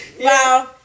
Wow